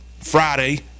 friday